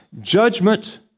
judgment